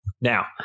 Now